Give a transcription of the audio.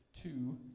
two